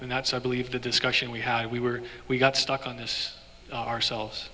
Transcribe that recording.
and that's i believe the discussion we had we were we got stuck on this ourselves